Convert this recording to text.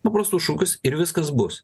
paprastus šūkius ir viskas bus